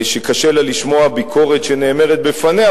שקשה לה לשמוע ביקורת שנאמרת בפניה.